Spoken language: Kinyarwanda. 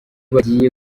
bagiye